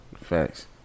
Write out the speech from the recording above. Facts